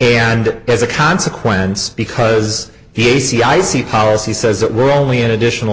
and as a consequence because he a c i c policy says that were only an additional